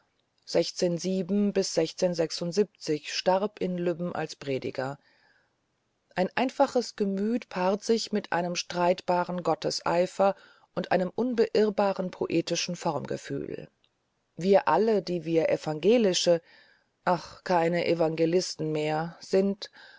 starb in lübben als prediger ein einfaches gemüt paart sich mit einem streitbaren gotteseifer und einem unbeirrbaren poetischen formgefühl wir alle die wir evangelische ach keine evangelisten mehr sind